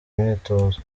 imyitozo